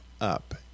up